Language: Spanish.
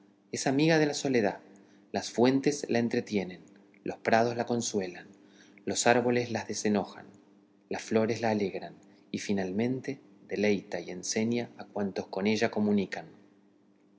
es amiga de la soledad las fuentes la entretienen los prados la consuelan los árboles la desenojan las flores la alegran y finalmente deleita y enseña a cuantos con ella comunican